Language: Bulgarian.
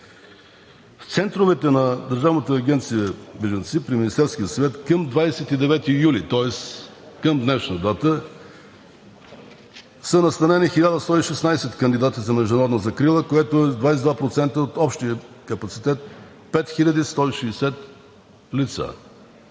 В центровете на Държавната агенция за бежанците при Министерския съвет към 29 юли – тоест към днешна дата, са настанени 1116 кандидати за международна закрила, което е 22% от общия капацитет – 5160 лица.